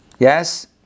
Yes